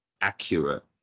accurate